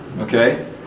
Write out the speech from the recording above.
Okay